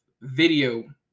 video